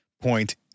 point